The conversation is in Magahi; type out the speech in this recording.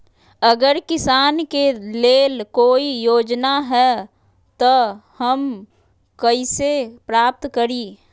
अगर किसान के लेल कोई योजना है त हम कईसे प्राप्त करी?